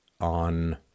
on